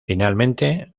finalmente